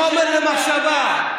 חומר למחשבה.